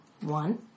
One